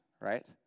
right